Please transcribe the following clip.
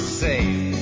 safe